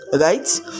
Right